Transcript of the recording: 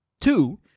Two